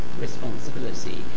responsibility